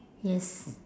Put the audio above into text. yes